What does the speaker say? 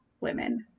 women